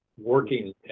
working